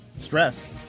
stress